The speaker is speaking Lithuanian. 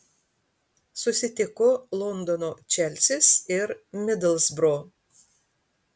susitiko londono čelsis ir midlsbro